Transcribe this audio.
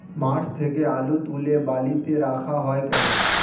মাঠ থেকে আলু তুলে বালিতে রাখা হয় কেন?